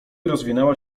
rozwinęła